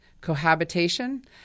cohabitation